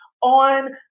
on